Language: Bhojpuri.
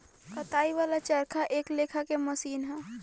कताई वाला चरखा एक लेखा के मशीन ह